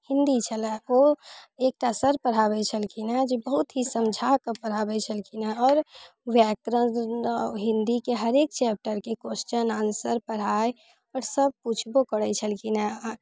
हिन्दी छलै ओ एकटा सर पढ़ाबै छलखिन हँ जे बहुत ही समझा कऽ पढ़ाबै छलखिन हँ आओर व्याकरण हिन्दीके हरेक चैप्टरके क्वेस्चन आन्सर पढ़ाइ आओर सब पूछबो करै छलखिन हँ